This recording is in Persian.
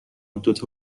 دوتا